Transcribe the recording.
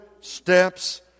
steps